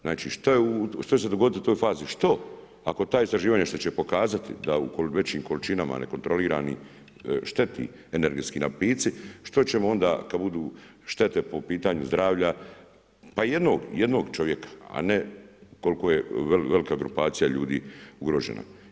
Znači što će se dogoditi u toj fazi, što, ako ta istraživanja što će pokazati da u većim količinama nekontroliranim šteti energetski napici, što ćemo onda kada budu štete po pitanju zdravlja, pa i jednog, jednog čovjeka a ne koliko je velika grupacija ljudi ugrožena.